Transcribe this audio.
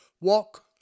walk